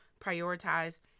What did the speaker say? prioritize